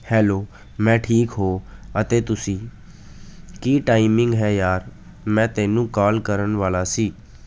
hello ਮੈਂ ਠੀਕ ਹੋ ਅਤੇ ਤੁਸੀਂ ਕੀ ਟਾਈਮਿੰਗ ਹੈ ਯਾਰ ਮੈਂ ਤੈਨੂੰ ਕਾਲ ਕਰਨ ਵਾਲਾ ਸੀ